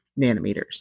nanometers